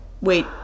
wait